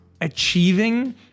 achieving